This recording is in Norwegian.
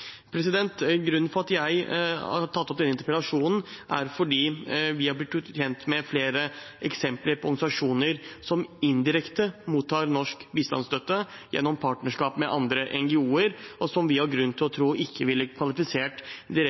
Grunnen til at jeg har denne interpellasjonen, er at vi er gjort kjent med flere eksempler på organisasjoner som indirekte mottar norsk bistandsstøtte gjennom partnerskap med andre NGO-er, og som vi har grunn til å tro ikke ville vært kvalifisert direkte